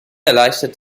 erleichtert